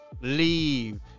leave